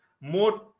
more